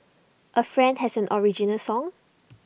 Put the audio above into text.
A friend has an original song